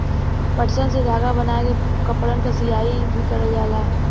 पटसन से धागा बनाय के कपड़न क सियाई भी करल जाला